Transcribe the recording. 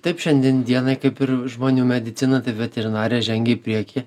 taip šiandien dienai kaip ir žmonių medicina taip veterinarija žengė į priekį